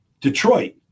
Detroit